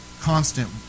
constant